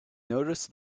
notice